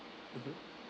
mmhmm